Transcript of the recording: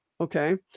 Okay